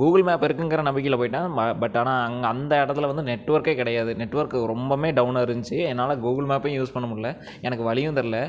Google map இருக்குங்கிற நம்பிக்கையில் போய்விட்டேன் மா பட் ஆனால் அங் அந்த இடத்துல வந்து நெட்ஒர்க்கே கிடையாது நெட்ஒர்க்கு ரொம்பவுமே டவுனாக இருந்துச்சி என்னால் கூகுள் மேப்பையும் யூஸ் பண்ண முடில எனக்கு வழியும் தெரில